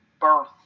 birth